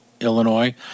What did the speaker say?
Illinois